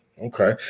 Okay